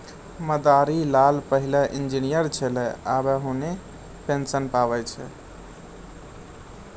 मदारी लाल पहिलै इंजीनियर छेलै आबे उन्हीं पेंशन पावै छै